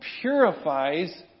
purifies